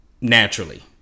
Naturally